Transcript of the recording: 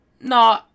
No